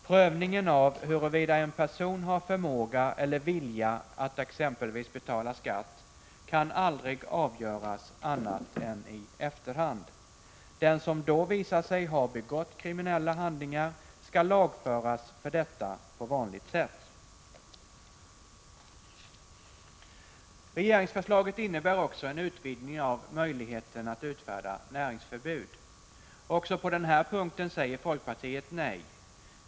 Prövningen av huruvida en person har förmåga eller vilja att exempelvis betala skatt kan aldrig avgöras annat än i efterhand. Den som då visar sig ha begått kriminella handlingar skall lagföras för detta i vanlig ordning. Regeringsförslaget innebär också en utvidgning av möjligheten att utfärda näringsförbud. Också på den här punkten säger folkpartiet nej.